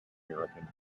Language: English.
american